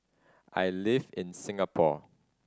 I live in Singapore